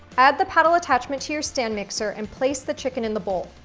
add the paddle attachment to your stand mixer and place the chicken in the bowl.